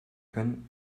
können